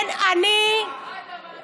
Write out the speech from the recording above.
אני חייבת להגיב על זה.